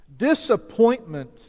disappointment